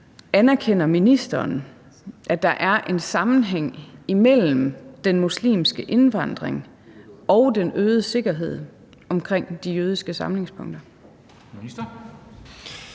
Anerkender ministeren, at der er en sammenhæng imellem den muslimske indvandring og den øgede sikkerhed omkring de jødiske samlingspunkter?